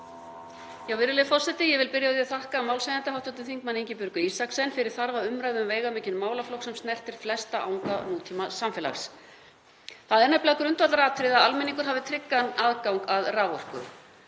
Virðulegi forseti. Ég vil byrja á því að þakka málshefjanda, hv. þm. Ingibjörgu Isaksen, fyrir þarfa umræðu um veigamikinn málaflokk sem snertir flesta anga nútímasamfélags. Það er nefnilega grundvallaratriði að almenningur hafi tryggan aðgang að raforku.